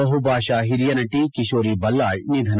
ಬಹುಭಾಷಾ ಹಿರಿಯ ನಟಿ ಕಿಶೋರಿ ಬಲ್ಲಾಳ್ ನಿಧನ